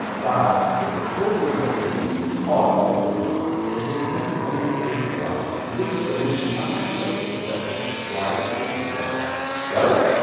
but if the total number of solutions is odd that means there's at least one more solution around and this solution must be of this special y equals z type! got it?